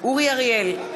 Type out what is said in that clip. אורי אריאל,